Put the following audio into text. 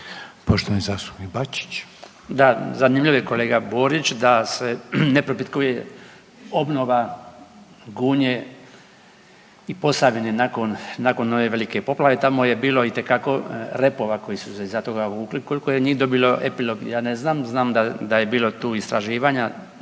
**Bačić, Branko (HDZ)** Da zanimljivo je kolega Borić da se ne propitkuje obnova Gunje i Posavine nakon ove velike poplave, tamo je bilo itekako repova koji su se iza toga vukli. Koliko je njih epilog ja ne znam, znam da je bilo tu istraživanja